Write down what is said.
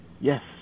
Yes